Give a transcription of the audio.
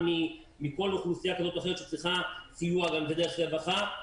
מכל אוכלוסייה כזו או אחרת שצריכה סיוע דרך הרווחה.